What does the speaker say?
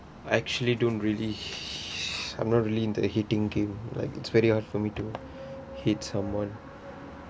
I actually don't really I'm not really into hitting game like it's very hard for me to hit someone